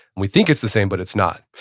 we think it's the same, but it's not.